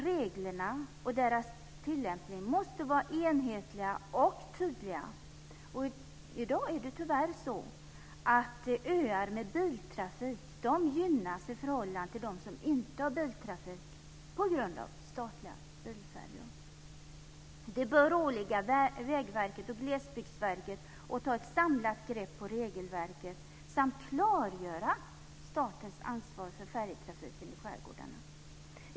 Reglerna och deras tillämpning måste vara enhetliga och tydliga. I dag är det tyvärr så att öar med biltrafik gynnas i förhållande till dem som inte har biltrafik på grund av statliga bilfärjor. Det bör åligga Vägverket och Glesbygdsverket att ta ett samlat grepp om regelverket samt klargöra statens ansvar för färjetrafiken i skärgårdarna.